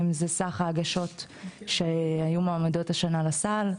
שאלו סך ההגשות שהיו מועמדות השנה לסל,